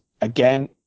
again